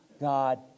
God